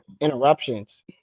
interruptions